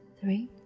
three